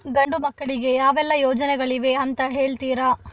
ಗಂಡು ಮಕ್ಕಳಿಗೆ ಯಾವೆಲ್ಲಾ ಯೋಜನೆಗಳಿವೆ ಅಂತ ಹೇಳ್ತೀರಾ?